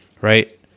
right